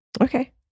Okay